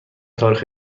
تاریخ